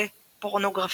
Le Pornographe,